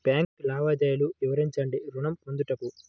Bank లావాదేవీలు వివరించండి ఋణము పొందుటకు?